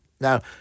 Now